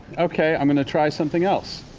okay, i'm going to try something else.